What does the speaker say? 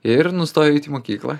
ir nustojo eit į mokyklą